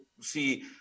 see